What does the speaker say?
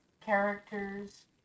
characters